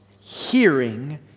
hearing